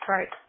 Right